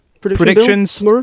predictions